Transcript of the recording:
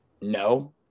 no